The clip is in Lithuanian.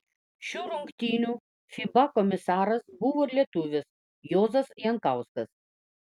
šių rungtynių fiba komisaras buvo lietuvis juozas jankauskas